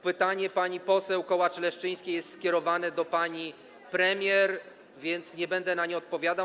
Pytanie pani poseł Kołacz-Leszczyńskiej jest skierowane do pani premier, więc nie będę na nie odpowiadał.